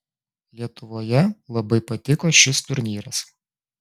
lietuvoje labai patiko šis turnyras